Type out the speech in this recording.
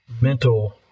mental